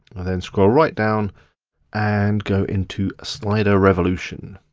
and then scroll right down and go into slider revolution.